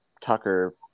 tucker